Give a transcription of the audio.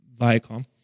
Viacom